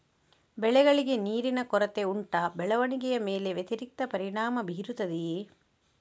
ಬೆಳೆಗಳಿಗೆ ನೀರಿನ ಕೊರತೆ ಉಂಟಾ ಬೆಳವಣಿಗೆಯ ಮೇಲೆ ವ್ಯತಿರಿಕ್ತ ಪರಿಣಾಮಬೀರುತ್ತದೆಯೇ?